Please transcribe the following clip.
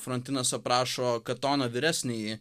frontinas aprašo katoną vyresnįjį